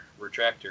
retractor